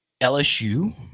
LSU –